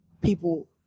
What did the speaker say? People